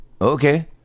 Okay